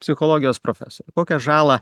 psichologijos profesorė kokią žalą